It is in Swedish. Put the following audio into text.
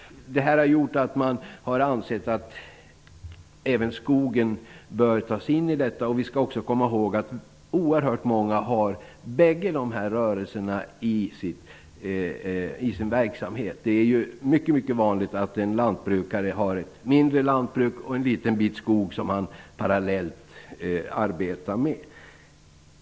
Det här har gjort att man har ansett att även skogsbruket bör tas in i undantagslagstiftningen. Vi skall också komma ihåg att det är mycket vanligt att en lantbrukare har ett mindre lantbruk och en liten bit skog som han arbetar med parallellt.